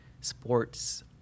sports